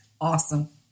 Awesome